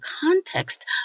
context